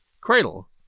cradle